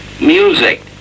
music